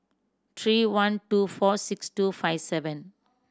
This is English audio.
three one two four six two five seven